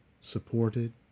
supported